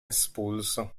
espulso